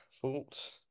Thoughts